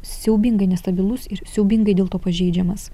siaubingai nestabilus ir siaubingai dėl to pažeidžiamas